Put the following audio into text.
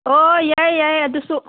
ꯍꯣ ꯌꯥꯏ ꯌꯥꯏ ꯑꯗꯨꯁꯨ